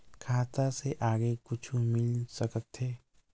खाता से आगे कुछु मिल सकथे?